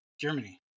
Germany